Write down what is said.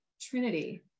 Trinity